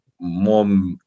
more